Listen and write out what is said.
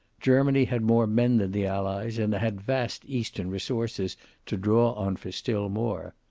germany had more men than the allies, and had vast eastern resources to draw on for still more.